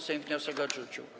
Sejm wniosek odrzucił.